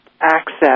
access